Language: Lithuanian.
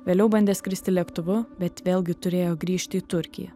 vėliau bandė skristi lėktuvu bet vėlgi turėjo grįžti į turkiją